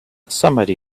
somebody